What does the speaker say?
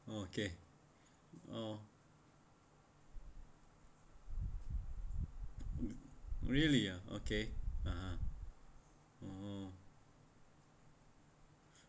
oh okay oh really ah okay ah (uh huh) oh